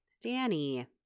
Danny